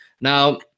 now